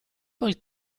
col